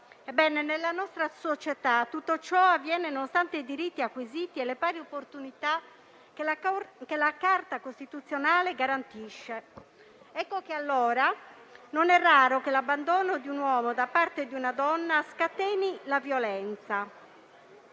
nella nostra società tutto ciò avviene nonostante i diritti acquisiti e le pari opportunità che la Carta costituzionale garantisce. Ecco che allora non è raro che l'abbandono di un uomo da parte di una donna scateni la violenza,